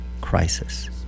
crisis